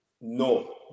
No